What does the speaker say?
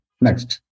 next